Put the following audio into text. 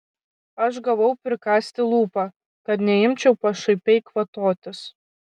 aš gavau prikąsti lūpą kad neimčiau pašaipiai kvatotis